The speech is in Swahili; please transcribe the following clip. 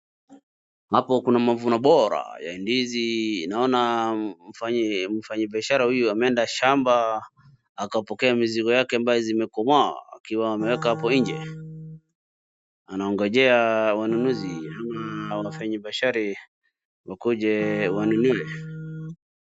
Hapo kuna mavuno bora ya ndizi ,naona mfanyi biashara huyu ameenda shamba akapokea mizigo yake ambayo zimekomaa akiwa ameweka hapo nje, wanangojea wanunuzi ama wafanyi biashara wakuje wanunue.